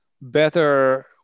better